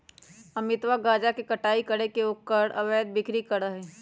अमितवा गांजा के कटाई करके ओकर अवैध बिक्री करा हई